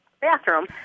bathroom